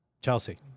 Chelsea